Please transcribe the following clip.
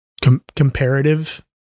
comparative